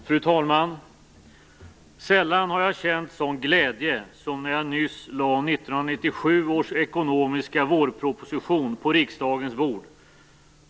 Fru talman! Sällan har jag känt en sådan glädje som när jag nyss lade 1997 års ekonomiska vårproposition på riksdagens bord.